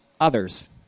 others